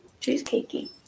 cheesecakey